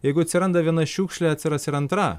jeigu atsiranda viena šiukšlė atsiras ir antra